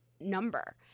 number